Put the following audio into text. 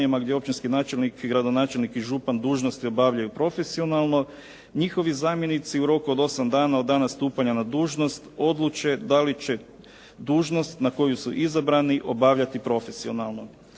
gdje općinski načelnik i gradonačelnik i župan dužnosti obavljaju profesionalno, njihovi zamjenici u roku od 8 dana od dana stupanja na dužnost odluče da li će dužnost na koju su izabrani obavljati profesionalno.